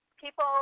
people